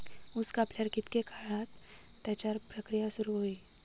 ऊस कापल्यार कितके काळात त्याच्यार प्रक्रिया करू होई?